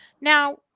now